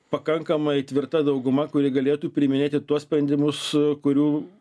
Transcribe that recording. pakankamai tvirta dauguma kuri galėtų priiminėti tuos sprendimus kurių